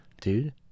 Dude